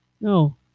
No